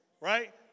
Right